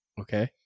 Okay